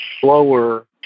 slower